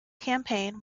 campaign